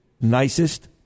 nicest